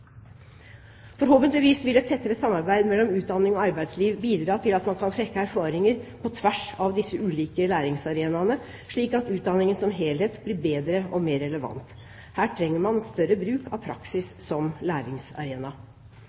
Forhåpentligvis vil et tettere samarbeid mellom utdanning og arbeidsliv bidra til at man kan trekke erfaringer på tvers av disse ulike læringsarenaene, slik at utdanningen som helhet blir bedre og mer relevant. Her trenger man større bruk av praksis som læringsarena.